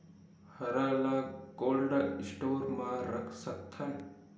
हरा ल cold store म रख सकथन?